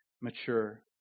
mature